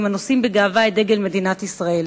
הנושאים בגאווה את דגל מדינת ישראל: